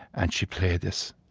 and she played this.